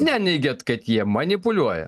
neneigiat kad jie manipuliuoja